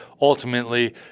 ultimately